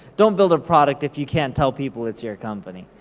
don't build a product if you can't tell people it's your company.